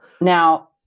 Now